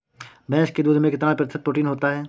भैंस के दूध में कितना प्रतिशत प्रोटीन होता है?